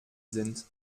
sind